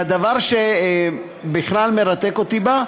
והדבר שבכלל מרתק אותי בה,